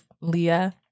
Leah